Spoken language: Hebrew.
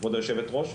כבוד היושבת ראש,